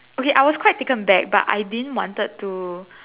okay I was quite taken back but I didn't wanted to